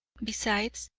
besides,